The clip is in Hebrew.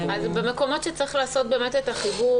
במקומות שצריך לעשות את החיבור,